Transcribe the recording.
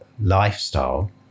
lifestyle